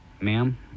Ma'am